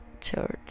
church